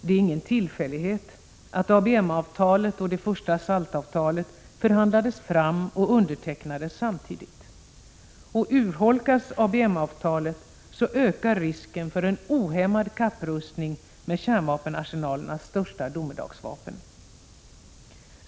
Det är ingen tillfällighet att ABM-avtalet och det första SALT-avtalet förhandlades fram och undertecknades samtidigt. Urholkas ABM-avtalet, ökar risken för en ohämmad kapprustning med kärnvapenarsenalernas största domedagsvapen.